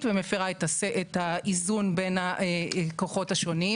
אני מדברת בשם פורום ה-15 ומרכז השלטון המקומי.